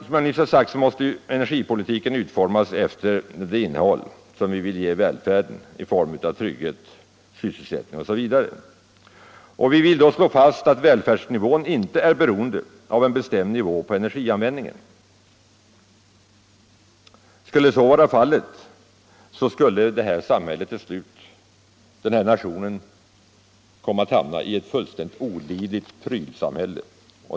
Som jag nyss sagt, måste energipolitiken utformas efter det innehåll vi vill ge välfärden i form av trygghet, sysselsättning osv. Vi vill då slå fast att välfärden inte är beroende av en bestämd nivå i fråga om energianvändningen. Skulle så vara fallet, skulle den här nationen till slut hamna i ett fullständigt olidligt prylsamhälle.